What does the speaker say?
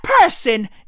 person